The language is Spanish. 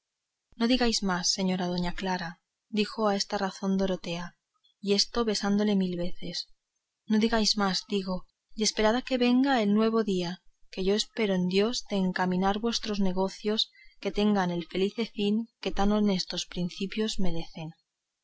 no digáis más señora doña clara dijo a esta sazón dorotea y esto besándola mil veces no digáis más digo y esperad que venga el nuevo día que yo espero en dios de encaminar de manera vuestros negocios que tengan el felice fin que tan honestos principios merecen